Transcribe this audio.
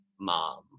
mom